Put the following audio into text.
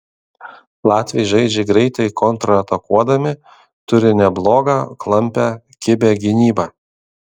latviai žaidžia greitai kontratakuodami turi neblogą klampią kibią gynybą